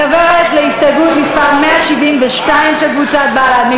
אני עוברת להסתייגות מס' 166 של קבוצת בל"ד.